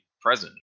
present